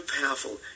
powerful